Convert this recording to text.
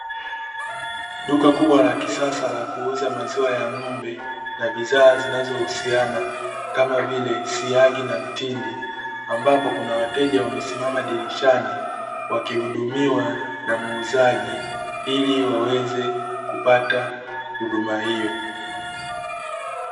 Duka kubwa la kisasa la kuuza maziwa ya ng'ombe na bidhaa zinazohusiana, kama vile; siagi na mtindi, ambapo kuna wateja wamesimama dirishani wakihudumiwa na muuzaji ili waweze kupata huduma hiyo.